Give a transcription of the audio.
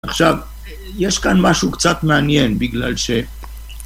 עכשיו, יש כאן משהו קצת מעניין בגלל ש...